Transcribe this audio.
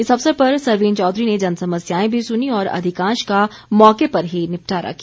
इस अवसर पर सरवीण चौधरी ने जनसमस्याएं भी सूनीं और अधिकांश का मौके पर ही निपटारा किया